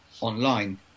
online